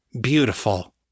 Beautiful